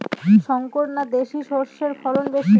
শংকর না দেশি সরষের ফলন বেশী?